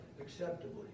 acceptably